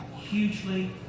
hugely